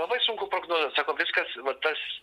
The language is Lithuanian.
labai sunku prognozuot sako viskas va tas